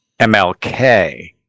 MLK